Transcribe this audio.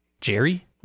Jerry